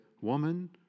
Woman